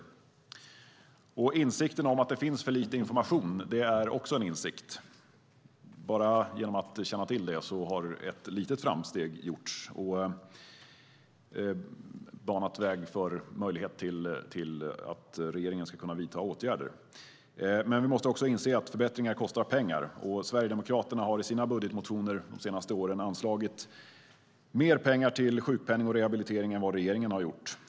Insikten om att det finns för lite information är också en insikt. Bara genom att känna till det har ett litet framsteg gjorts. Det har banat väg för möjligheten att regeringen ska vidta åtgärder. Vi måste inse att förbättringar kostar pengar. Sverigedemokraterna har i sina budgetmotioner de senaste åren anslagit mer pengar till sjukpenning och rehabilitering än vad regeringen har gjort.